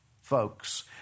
folks